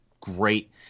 great